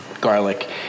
garlic